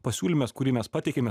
pasiūlymas kurį mes pateikėme